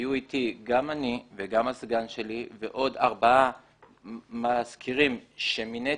היו איתי גם אני וגם הסגן שלי ועוד ארבעה מזכירים שמיניתי,